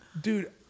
Dude